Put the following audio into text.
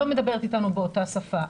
לא מדברת איתנו באותה שפה.